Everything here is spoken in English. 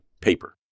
paper